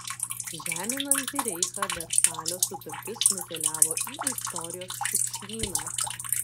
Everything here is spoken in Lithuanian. žeminanti reichą versalio sutartis nukeliavo į istorijos šiukšlyną